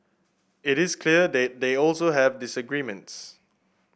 it is clear they they also have disagreements